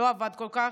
לא עבד כל כך,